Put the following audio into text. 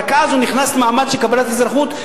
אז הוא נכנס למעמד שיקבל את האזרחות,